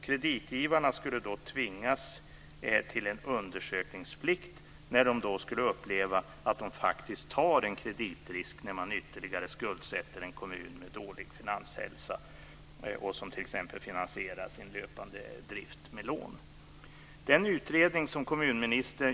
Kreditgivarna skulle då tvingas till en undersökningsplikt när de upplever att de faktiskt tar en kreditrisk när en kommun med dålig finansiell hälsa ytterligare skuldsätts - som t.ex. finansierar sin löpande drift med lån.